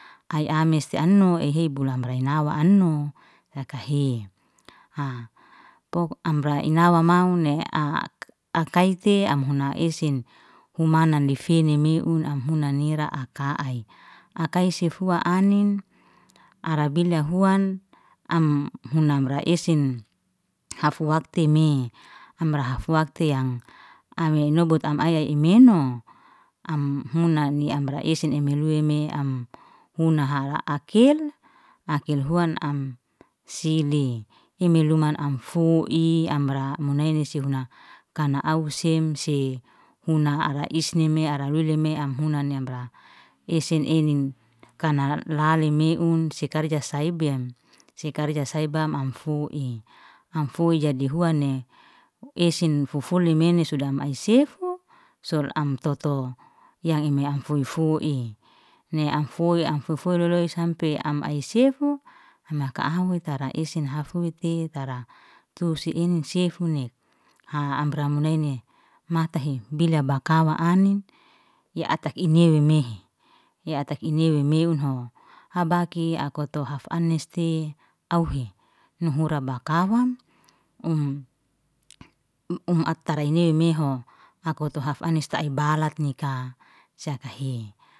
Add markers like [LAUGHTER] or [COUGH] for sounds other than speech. Ai ames ti'annoi, ei habu amra nainawa anno, hekahe [HESITATION] amra inawa maune, ak- akaitey amhuna esen humana naifi meun amhuna nira aka'ai, akai si fuwa anin arabilia huan, am huna amra esen. Hafuaktey me, amra hafuaktey yang am [UNINTELLIGIBLE] nobuta am aya imen'hua am hunani amra esen ameleu me am huna hara akel, akil huan am sili. Emeluman am fu'i amra munaini si huna kana au semse huna ara isne me ara weleme am huna ni emra esen enin. Kanalale meun si karja saibem si karja saibam am fu'i. Am fu'i jadi huane esen fufuli mene suda ai sefu, sol am toto ya ime am fu'i fu'i, ne am fu'i fuloloi sampe am ai sefu, am haka'awe tara esen hufuktey tara tusi enin seyfunek, [HESITATION] amra munaini mata'he bila bakawa anin, ya ata imewemehe, ya ata imewe meun'ho, habaki akato haf eneste, auhe nuhura bakahun, um [UNINTELLIGIBLE] atarei newe mehun, akoto haf anestahe ei balat nika syakahe